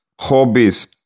hobbies